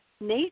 nature